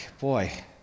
boy